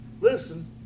Listen